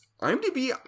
IMDb